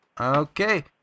Okay